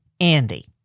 Andy